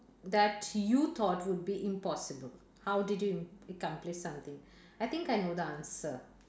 that you thought would be impossible how did you accomplished something I think I know the answer